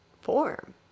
form